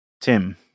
Tim